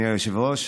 אדוני היושב-ראש,